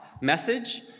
message